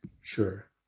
sure